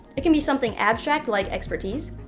it can be something abstract like expertise,